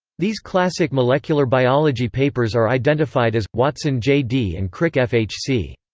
these classic molecular biology papers are identified as watson j d. and crick f h c.